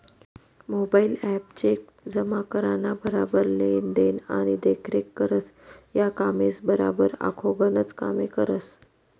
mobile app cheque जमा कराना बराबर लेन देन आणि देखरेख करस, या कामेसबराबर आखो गनच कामे करस